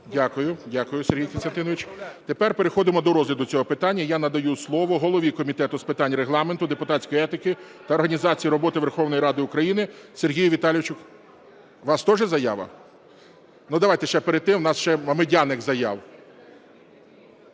Дякую, Сергій Костянтинович. Тепер переходимо до розгляду цього питання. Я надаю слово голові Комітету з питань Регламенту, депутатської етики та організації роботи Верховної Ради України Сергію Віталійовичу… У вас тоже заява? Ну, давайте ще перед тим… У нас ще Медяник, заява.